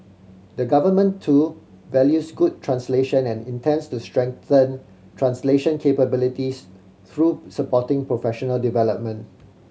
the Government too values good translation and intends to strengthen translation capabilities through supporting professional development